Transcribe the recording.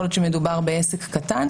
יכול להיות שמדובר בעסק קטן,